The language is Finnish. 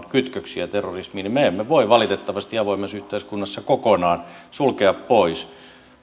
kytköksiä terrorismiin niin me emme voi valitettavasti avoimessa yhteiskunnassa kokonaan sulkea sitä pois